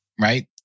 right